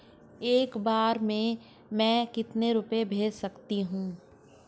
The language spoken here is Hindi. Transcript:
एक बार में मैं कितने रुपये भेज सकती हूँ?